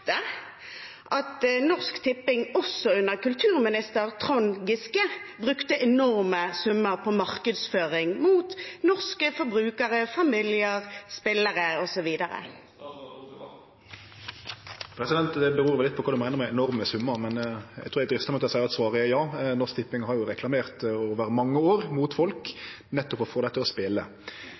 at Norsk Tipping også under kulturminister Trond Giske brukte enorme summer på markedsføring overfor norske forbrukere, familier, spillere osv. Det kjem vel litt an på kva ein meiner med enorme summar, men eg trur eg dristar meg til å seie at svaret er ja. Norsk Tipping har jo reklamert overfor folk i mange år, nettopp for å få dei til å spele.